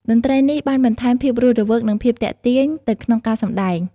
តន្ត្រីនេះបានបន្ថែមភាពរស់រវើក និងភាពទាក់ទាញទៅក្នុងការសម្ដែង។